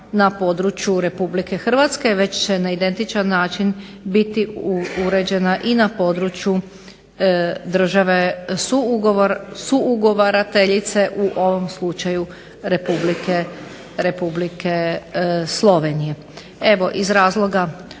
na podruju RH već će na identičan način biti uređena i na području države suugovarateljice u ovom slučaju Republike Slovenije.